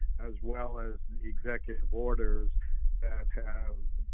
as well as executive orders that have,